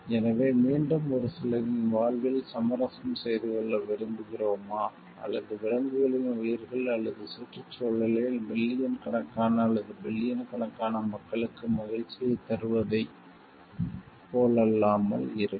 எனவே மீண்டும் ஒரு சிலரின் வாழ்வில் சமரசம் செய்து கொள்ள விரும்புகிறோமா அல்லது விலங்குகளின் உயிர்கள் அல்லது சுற்றுச்சூழலில் மில்லியன் கணக்கான அல்லது பில்லியன் கணக்கான மக்களுக்கு மகிழ்ச்சியைத் தருவதைப் போலல்லாமல் இருக்கும்